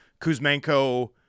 Kuzmenko